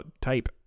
Type